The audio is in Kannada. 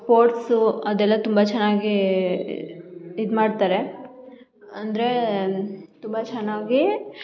ಸ್ಪೋರ್ಟ್ಸು ಅದೆಲ್ಲ ತುಂಬ ಚೆನ್ನಾಗಿ ಇದು ಮಾಡ್ತಾರೆ ಅಂದರೆ ತುಂಬ ಚೆನ್ನಾಗಿ